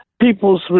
people's